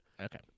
okay